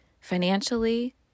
financially